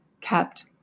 kept